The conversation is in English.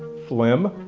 phlegm,